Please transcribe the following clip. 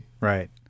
Right